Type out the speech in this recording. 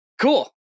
Cool